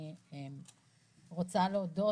אני רוצה להודות